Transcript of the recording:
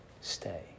stay